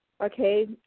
okay